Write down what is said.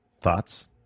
thoughts